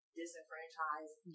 disenfranchised